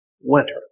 winter